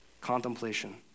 contemplation